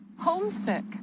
homesick